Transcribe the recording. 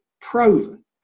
proven